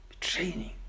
Training